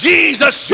Jesus